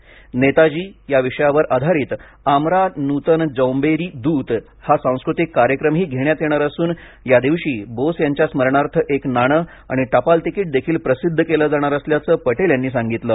नेताजी या विषयावर आधारित आमरा नूतन जौंबेरि दूत हा सांस्कृतिक कार्यक्रमही घेण्यात येणार असून या दिवशी बोस यांच्या स्मरणार्थ एक नाणं आणि टपाल तिकिट देखील प्रसिद्ध केलं जाणार असल्याचं पटेल यांनी सांगितलं